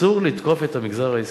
אסור לתקוף את המגזר העסקי.